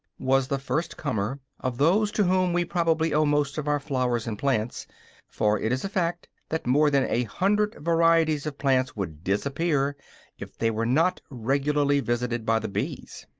was the first-comer of those to whom we probably owe most of our flowers and plants for it is a fact that more than a hundred varieties of plants would disappear if they were not regularly visited by the bees.